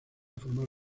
formar